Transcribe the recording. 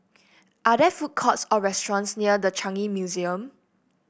are there food courts or restaurants near The Changi Museum